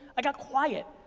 i got quiet,